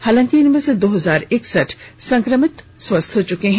हालांकि इनमें से दो हजार एकसठ संकमित स्वस्थ हो चुके हैं